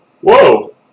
Whoa